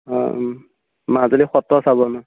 অঁ মাজুলী সত্ৰ চাব ন